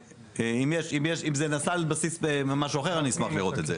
אם זה נעשה על בסיס משהו אחר אני אשמח לראות את זה,